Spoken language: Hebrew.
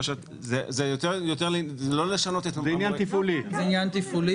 זה עניין תפעולי.